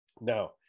Now